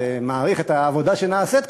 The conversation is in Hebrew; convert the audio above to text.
ומעריך את העבודה שנעשית,